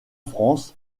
france